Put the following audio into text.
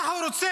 מה הוא רוצה?